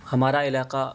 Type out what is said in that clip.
ہمارا علاقہ